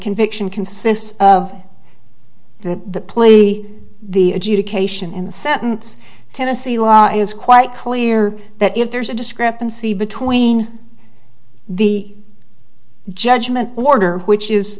conviction consists of the play be the adjudication in the sentence tennessee law is quite clear that if there's a discrepancy between the judgment order which is